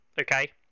Okay